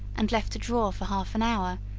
and left to draw for half an hour,